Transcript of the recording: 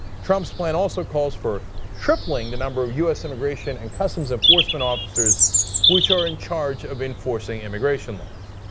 trump's plan also calls for tripling the number of u s. immigration and customs enforcement officers which are in charge of enforcing immigration laws.